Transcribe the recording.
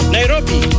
Nairobi